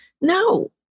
No